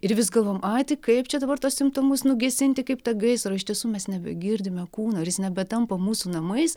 ir vis galvojam ai tai kaip čia dabar tuos simptomus nugesinti kaip tą gaisrą o iš tiesų mes nebegirdime kūno ir jis nebetampa mūsų namais